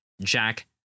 Jack